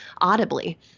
audibly